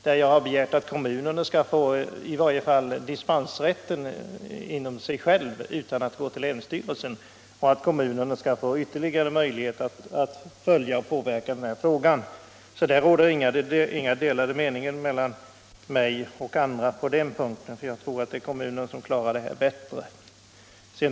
Jag har där begärt att kommunerna skall få i varje fall dispensrätt utan att behöva gå till länsstyrelserna och att de skall få ytterligare möjligheter att påverka frågan. På den punkten råder alltså inga delade meningar. Jag tror att kommunerna klarar detta bättre själva.